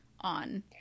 on